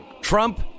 Trump